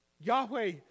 Yahweh